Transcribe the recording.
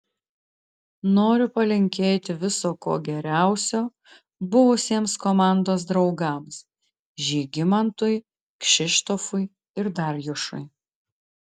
noriu palinkėti viso ko geriausio buvusiems komandos draugams žygimantui kšištofui ir darjušui